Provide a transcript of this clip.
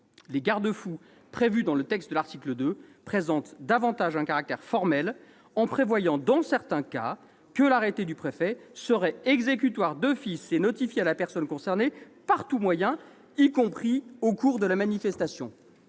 Les garde-fous prévus dans le texte à l'article 2 présentent un caractère formel : dans certains cas, l'arrêté du préfet serait « exécutoire d'office et notifié à la personne concernée par tout moyen, y compris au cours de la manifestation